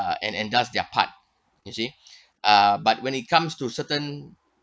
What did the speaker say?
uh and and does their part you see uh but when it comes to certain